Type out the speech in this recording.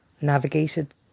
navigated